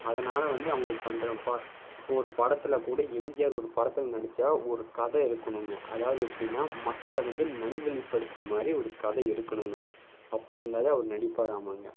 அதனால் வந்து அவங்களுக்கு பண்றேன்ப்பா இப்போ ஒரு படத்தில் கூட எம்ஜிஆர் ஒரு படத்தில் நடித்தா ஒரு கதை இருக்கணுங்க அதாவது எப்படின்னா மக்களை வந்து நல்வழிபடுத்துகிற மாதிரி ஒரு கதை இருக்கணுங்க அப்படி இருந்தால் தான் அவர் நடிப்பாராமாங்க